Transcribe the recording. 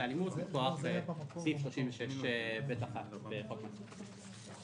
אלימות מכוח סעיף 36(ב1) בחוק מס רכוש.